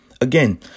Again